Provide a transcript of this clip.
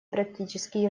практически